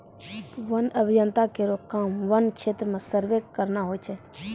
वन्य अभियंता केरो काम वन्य क्षेत्र म सर्वे करना होय छै